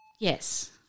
Yes